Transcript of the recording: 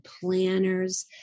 planners